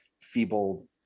feeble